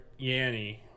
Yanny